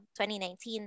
2019